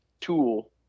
tool